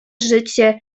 życie